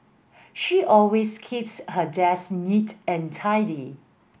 she always keeps her desk neat and tidy